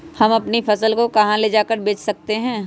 हम अपनी फसल को कहां ले जाकर बेच सकते हैं?